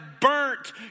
burnt